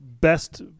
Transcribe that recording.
best